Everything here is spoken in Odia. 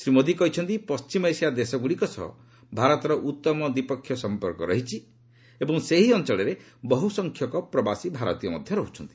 ଶ୍ରୀ ମୋଦି କହିଚ୍ଚନ୍ତି ପଶ୍ଚିମ ଏସିଆ ଦେଶଗୁଡ଼ିକ ସହ ଭାରତର ଉତ୍ତମ ଦ୍ୱିପକ୍ଷିୟ ସଂପର୍କ ରହିଛି ଏବଂ ସେହି ଅଞ୍ଚଳରେ ବହୁ ସଂଖ୍ୟକ ପ୍ରବାସୀ ଭାରତୀୟ ରହୁଛନ୍ତି